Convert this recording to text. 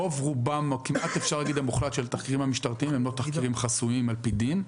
הרוב הכמעט-מוחלט של תחקירים משטרתיים הם לא תחקירים חסויים על פי דין.